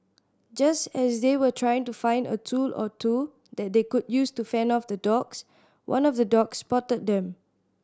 just as they were trying to find a tool or two that they could use to fend off the dogs one of the dogs spotted them